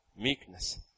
Meekness